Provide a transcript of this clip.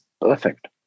perfect